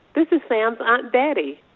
this is sam's aunt betty.